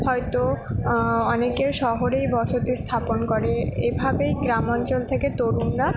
হয়তো অনেকে শহরেই বসতি স্থাপন করে এভাবেই গ্রাম অঞ্চল থেকে তরুণরা